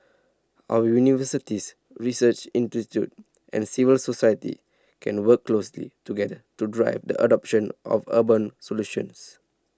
our universities research institutes and civil society can work closely together to drive the adoption of urban solutions